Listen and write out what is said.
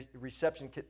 reception